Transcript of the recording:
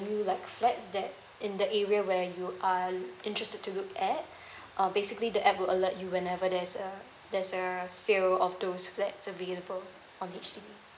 flats that in the area where you are interested to look at uh basically the app will alert you whenever there's a there's a sale of those flats available on H_D_B